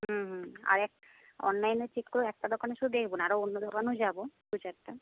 হুম হুম আর এক অনলাইনে চেক করে একটা দোকানে শুধু দেখব না আরও অন্য দোকানেও যাব দুচারটে